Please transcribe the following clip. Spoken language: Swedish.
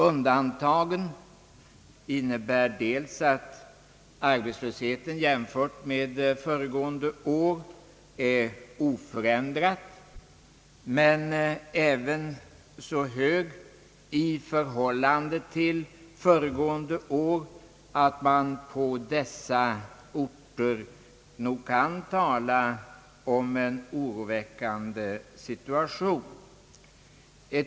Undantagen innebär att arbetslösheten är ofändrad i jämförelse med föregående år men ändå så hög att man på dessa orter nog kan tala om en oroväckande situation.